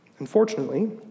Unfortunately